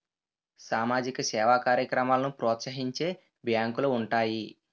సామాజిక సేవా కార్యక్రమాలను ప్రోత్సహించే బ్యాంకులు ఉంటాయి